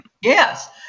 Yes